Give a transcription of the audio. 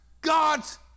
God's